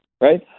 right